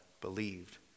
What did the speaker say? believed